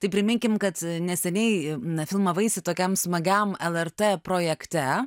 tai priminkim kad neseniai na filmavaisi tokiam smagiam lrt projekte